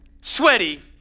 sweaty